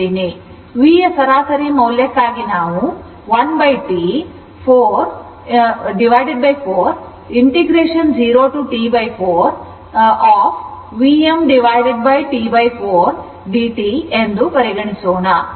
ಅಂದರೆ V ಯ ಸರಾಸರಿ ಮೌಲ್ಯಕ್ಕಾಗಿ ನಾವು 1 T 4 0 to T4 Vm T 4 dt ಎಂದು ಪರಿಗಣಿಸೋಣ